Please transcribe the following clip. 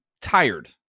tired